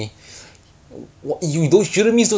err seven hundred and ninety S_G_D eh